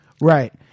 Right